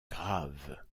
grave